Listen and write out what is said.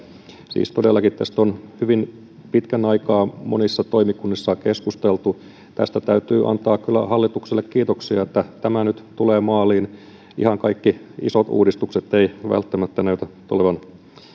siis todellakin tästä on hyvin pitkän aikaa monissa toimikunnissa keskusteltu tästä täytyy antaa kyllä hallitukselle kiitoksia että tämä nyt tulee maaliin ihan kaikki isot uudistukset eivät välttämättä näytä tulevan